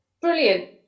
brilliant